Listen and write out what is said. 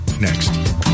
Next